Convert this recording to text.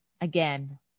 again